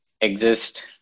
exist